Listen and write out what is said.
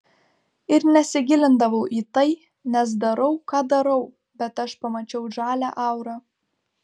ir nesigilindavau į tai nes darau ką darau bet aš pamačiau žalią aurą